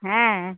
হ্যাঁ